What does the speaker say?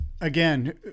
again